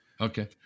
Okay